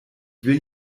will